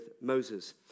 Moses